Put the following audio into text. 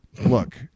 Look